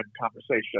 conversation